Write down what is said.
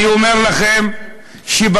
אני אומר לכם שזה